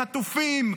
חטופים,